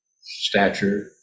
stature